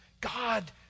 God